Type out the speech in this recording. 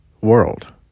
world